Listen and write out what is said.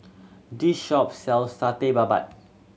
this shop sells Satay Babat